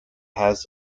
has